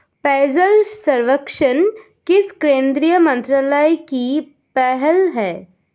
पेयजल सर्वेक्षण किस केंद्रीय मंत्रालय की पहल है?